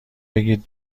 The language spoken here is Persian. بگید